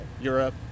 Europe